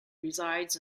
resides